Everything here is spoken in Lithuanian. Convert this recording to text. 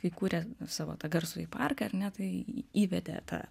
kai kūrė savo tą garsųjį parką ar ne tai įvedė tą